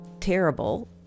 terrible